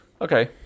Okay